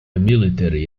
military